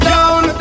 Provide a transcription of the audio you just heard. Down